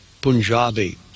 Punjabi